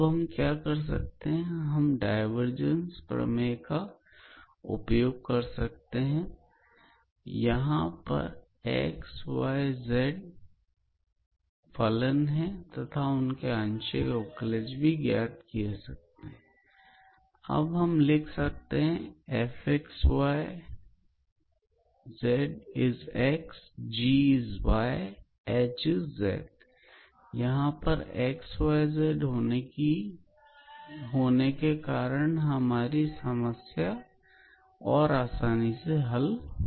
अब हम Gauss divergence प्रमेय का उपयोग कर सकते हैं यहां पर x y तथा z फलन है तथा उनके आंशिक अवकलज भी ज्ञात किए जा सकते हैं अतः हम लिख सकते हैं 𝑓𝑥𝑦𝑧𝑥𝑔𝑥𝑦𝑧𝑦ℎ𝑥𝑦𝑧𝑧 यहां पर x y z होने के कारण हमारी समस्या और आसानी से हल हो सकती है